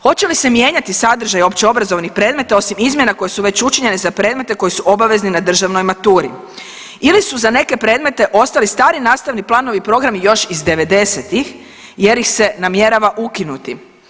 Hoće li se mijenjati sadržaj općeobrazovnih predmeta osim izmjena koje su već učinjene za predmete koji su obavezni na državnoj maturi ili su za neke predmeti ostali stari nastavni planovi i programi još iz devedesetih jer ih se namjerava ukinuti.